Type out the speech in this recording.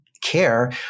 care